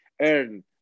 earn